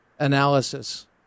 analysis